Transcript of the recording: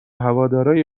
هوادارای